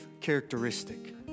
characteristic